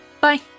Bye